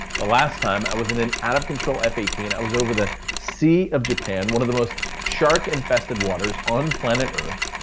the last time i was in an out-of-control f eighteen, i was over the sea of japan, one of the most shark-infested waters on planet earth.